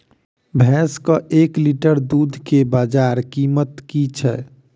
भैंसक एक लीटर दुध केँ बजार कीमत की छै?